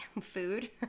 food